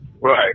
right